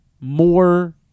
more